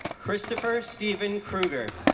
kristopher steven krueger